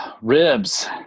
Ribs